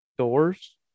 Doors